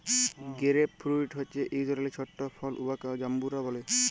grape fruit হছে ইক ধরলের ছট ফল উয়াকে জাম্বুরা ব্যলে